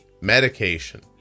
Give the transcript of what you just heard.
medication